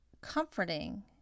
comforting